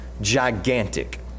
gigantic